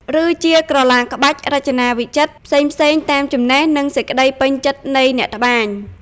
ឬជាក្រឡាក្បាច់រចនាវិចិត្រផ្សេងៗតាមចំណេះ និងសេចក្តីពេញចិត្តនៃអ្នកត្បាញ។